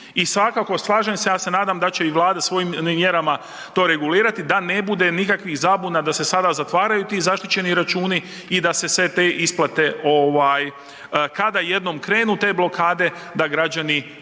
i svakako, slažem se, ja se nadam da će Vlada svojim mjerama to regulirati da ne bude nikakvih zabuna da se sada zatvaraju ti zaštićeni računi i da se sve te isplate, kada jednom krenu te blokade, da građani barem